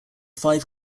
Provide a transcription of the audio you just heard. five